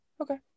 Okay